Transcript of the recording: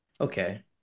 Okay